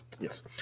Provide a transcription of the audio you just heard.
yes